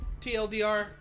TLDR